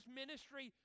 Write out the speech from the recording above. ministry